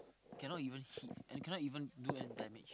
cannot even see cannot even do any damage